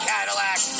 Cadillac